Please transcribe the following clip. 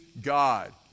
God